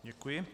Děkuji.